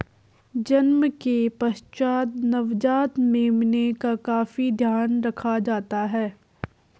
जन्म के पश्चात नवजात मेमने का काफी ध्यान रखा जाता है